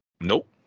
Nope